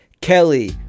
Kelly